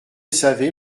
savez